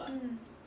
mm